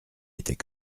était